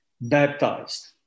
baptized